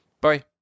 Bye